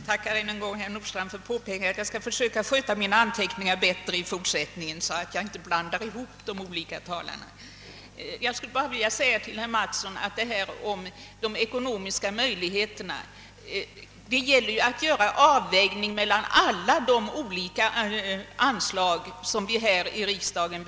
Herr talman! Jag tackar herr Nordstrandh även för detta påpekande och skall. försöka föra bättre anteckningar i fortsättningen, så att jag inte blandar ihop olika talare. Sedan vill jag säga till herr Mattsson att beträffande frågan om de ekonomiska möjligheterna gäller det att göra en avvägning mellan alla de olika anslag vi beslutar om här i riksdagen.